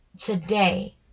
today